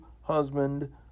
husband